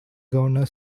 governor